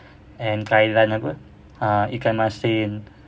and kai lan ikan masin